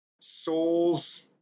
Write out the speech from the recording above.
Souls